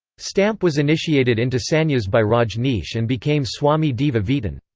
stamp was initiated into sannyas by rajneesh and became swami deva veetan.